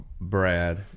brad